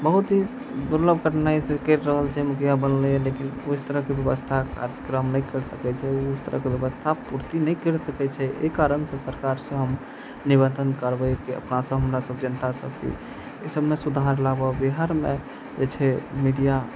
बहुत ही दुर्लभ कठिनाइ से कैरि रहल छै मुखिया बनलैया लेकिन ओहि तरहके व्यवस्था कार्यक्रम नहि कऽ सकैत छै ओहि तरहक व्यवस्था पूर्ति नहि कैरि सकैत छै एहि कारणसे सरकारसे हम निवेदन करबै कि अपना सऽ हमरा सब जनता सब छी एहि सबमे सुधार लाबऽ बिहारमे जे छै मीडिया